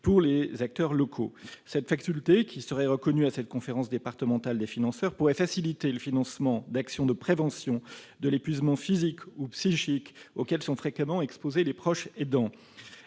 pour les acteurs locaux. Cette faculté qui serait reconnue à la conférence départementale des financeurs pourrait faciliter le financement d'actions de prévention de l'épuisement physique ou psychique auquel sont fréquemment exposés les proches aidants.